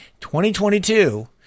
2022